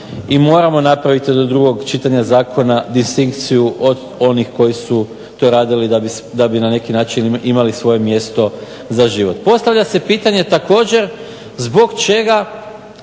I moramo napraviti do drugog čitanja zakona distinkciju od onih koji su to radili da bi na neki način imali svoje mjesto za život. Postavlja se pitanje također zbog čega